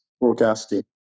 forecasting